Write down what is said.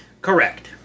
Correct